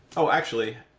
so actually